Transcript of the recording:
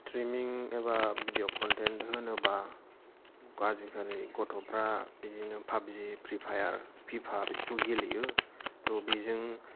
streaming एबा भिदिअ content होनोबा आजिखालि गथ'फ्रा बिदिनो फाबजि प्रिपायार पिपा बिदिखौ गेलेयो थ' बिजों